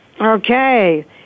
Okay